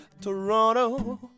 Toronto